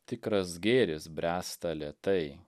tikras gėris bręsta lėtai